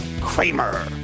Kramer